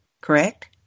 correct